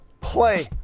play